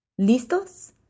¿Listos